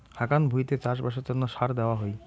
হাকান ভুঁইতে চাষবাসের তন্ন সার দেওয়া হই